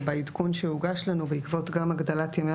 ובעדכון שהוגש לנו גם בעקבות הגדלת ימי